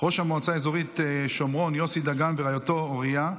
ראש המועצה האזורית שומרון יוסי דגן ורעייתו אוריה,